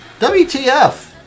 WTF